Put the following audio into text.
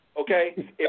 okay